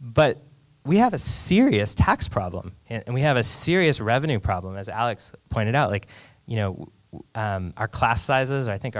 but we have a serious tax problem and we have a serious revenue problem as alex pointed out like you know our class sizes i think